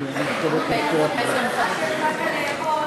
כהצעת הוועדה,